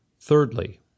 Thirdly